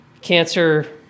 cancer